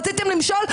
רציתם למשול?